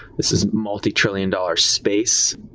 this is a multitrillion dollar space.